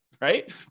Right